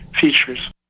features